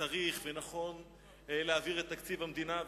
וצריך ונכון להעביר את תקציב המדינה.